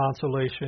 consolation